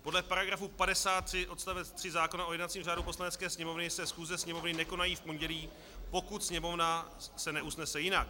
Podle § 53 odst. 3 zákona o jednacím řádu Poslanecké sněmovny se schůze Sněmovny nekonají v pondělí, pokud se Sněmovna neusnese jinak.